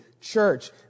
Church